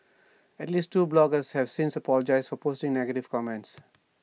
at least two bloggers have since apologised for posting negative comments